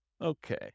Okay